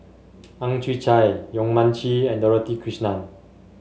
Ang Chwee Chai Yong Mun Chee and Dorothy Krishnan